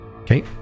okay